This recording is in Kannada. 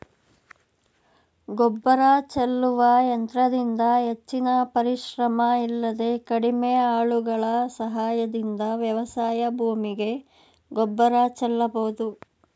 ಗೊಬ್ಬರ ಚೆಲ್ಲುವ ಯಂತ್ರದಿಂದ ಹೆಚ್ಚಿನ ಪರಿಶ್ರಮ ಇಲ್ಲದೆ ಕಡಿಮೆ ಆಳುಗಳ ಸಹಾಯದಿಂದ ವ್ಯವಸಾಯ ಭೂಮಿಗೆ ಗೊಬ್ಬರ ಚೆಲ್ಲಬೋದು